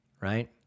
right